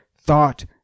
thought